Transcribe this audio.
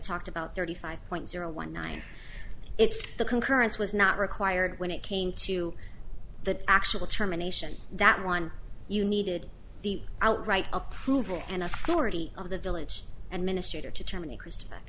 talked about thirty five point zero one nine it's the concurrence was not required when it came to the actual terminations that one you needed the outright approval and authority of the village and minister to germany chris